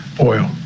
oil